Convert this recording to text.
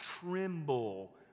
tremble